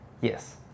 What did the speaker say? Yes